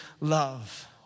love